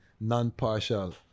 non-partial